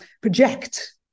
project